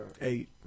eight